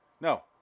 No